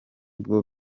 bwo